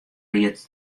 ried